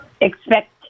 expect